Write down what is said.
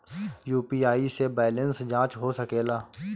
UPI से balance जाँच हो सके ला?